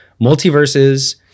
Multiverses